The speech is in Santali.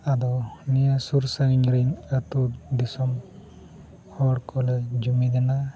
ᱟᱫᱚ ᱱᱤᱭᱟᱹ ᱥᱩᱨ ᱥᱟᱹᱜᱤᱧ ᱨᱮᱱ ᱟᱛᱳ ᱫᱤᱥᱚᱢ ᱦᱚᱲ ᱠᱚᱞᱮ ᱡᱩᱢᱤᱫ ᱮᱱᱟ